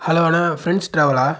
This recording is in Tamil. hello hello friends ட்ராவலா